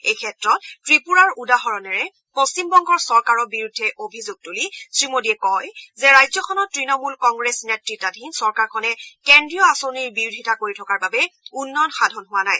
এই ক্ষেত্ৰত ত্ৰিপুৰাৰ উদাহৰণেৰে পশ্চিমবংগৰ চৰকাৰৰ বিৰুদ্ধে অভিযোগ তুলি শ্ৰীমোদীয়ে কয় যে ৰাজ্যখনত ত্তণমূল কংগ্ৰেছ নেত্ৰতাধীন চৰকাৰখনে কেন্দ্ৰীয় আঁচনিৰ বিৰোধিতা কৰি থকাৰ বাবে উন্নয়ন সাধন হোৱা নাই